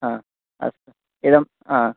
अ अस्तु इदम् आम्